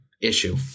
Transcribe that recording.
issue